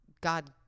God